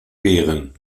beeren